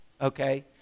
okay